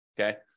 okay